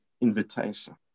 invitation